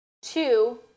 Two